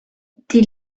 die